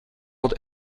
old